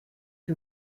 que